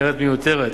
נראה מיותר.